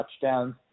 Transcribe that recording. touchdowns